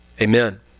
Amen